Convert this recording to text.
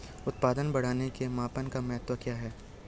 उत्पादन बढ़ाने के मापन का महत्व क्या है?